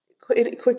quick